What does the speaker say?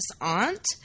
aunt